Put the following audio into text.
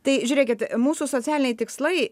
tai žiūrėkit mūsų socialiniai tikslai